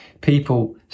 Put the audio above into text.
people